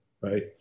right